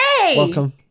Welcome